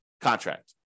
contract